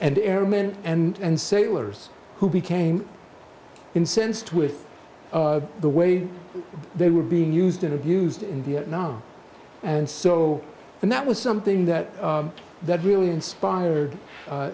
and airmen and sailors who became incensed with the way they were being used and abused in vietnam and so and that was something that that really inspired